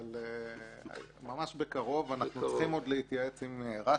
אנחנו בסעיף של אימות זהות.